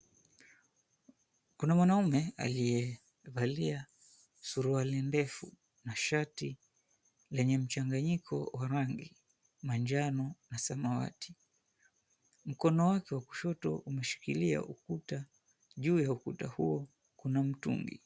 Kuna mwanamume aliyevalia suruali ndefu, na shati lenye mchanganyiko wa rangi: manjano na samawati. Mkono wake wa kushoto umeshikilia ukuta, juu ya ukuta huo kuna mtungi.